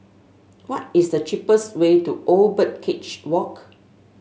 what is the cheapest way to Old Birdcage Walk